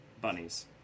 bunnies